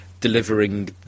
delivering